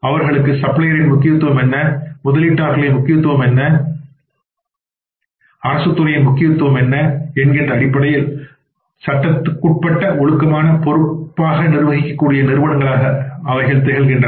அவர்களுக்கு சப்ளையரின் முக்கியத்துவம் என்ன முதலீட்டாளர்களின் முக்கியத்துவம் என்ன அரசு துறையின் முக்கியத்துவம் என்ன என்கின்ற அடிப்படையில் சட்டத்துக்குட்பட்ட ஒழுக்கமான பொறுப்பாக நிர்வகிக்கக்கூடிய நிறுவனங்களாக திகழ்கின்றன